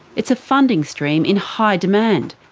it's a funding stream in high demand.